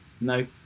no